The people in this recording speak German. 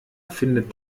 findet